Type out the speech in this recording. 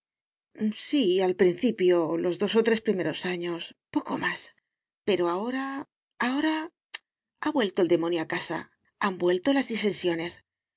sí al principio los dos o tres primeros años poco más pero ahora ahora ha vuelto el demonio a casa han vuelto las disensiones